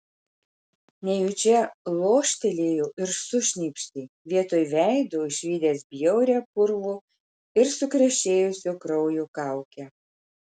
nejučia loštelėjo ir sušnypštė vietoj veido išvydęs bjaurią purvo ir sukrešėjusio kraujo kaukę